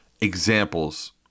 examples